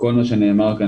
שכל מה שנאמר כאן,